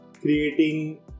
creating